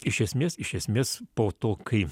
iš esmės iš esmės po to kai